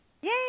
Yay